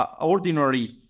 ordinary